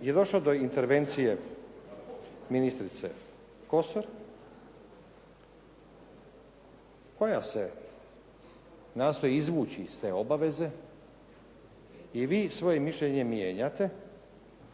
je došlo do intervencije ministrice Kosor, koja se nastoji izvući iz te obaveze, i svoje mišljenje mijenjate